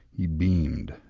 he beamed,